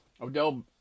Odell